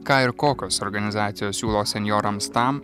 ką ir kokios organizacijos siūlo senjorams tam